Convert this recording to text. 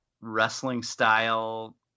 wrestling-style